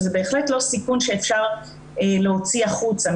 שזה בהחלט לא סיכון שאפשר להוציא החוצה,